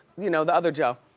you know, the other joe.